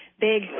big